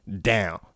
down